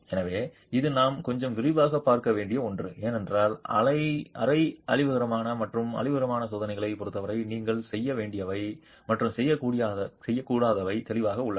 எனவே இது நாம் கொஞ்சம் விரிவாகப் பார்க்க வேண்டிய ஒன்று ஏனென்றால் அரை அழிவுகரமான மற்றும் அழிவுகரமான சோதனைகளைப் பொருத்தவரை சில செய்ய வேண்டியவை மற்றும் செய்யக்கூடாதவை தெளிவாக உள்ளன